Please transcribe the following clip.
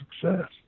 success